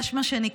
יש מה שנקרא,